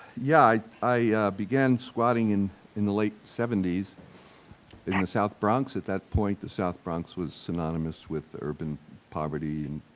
yeah. i began squatting in in the late seventy s in the south bronx. at that point the south bronx was synonymous with urban poverty and,